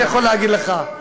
וגם יכול להגיד לך,